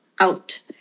out